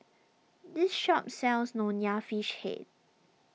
this shop sells Nonya Fish Head